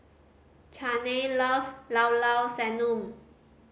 Zhane loves Llao Llao Sanum